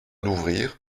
d’ouvrir